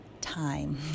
time